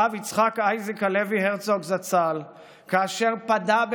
הרב יצחק אייזיק הלוי הרצוג זצ"ל כאשר פדה,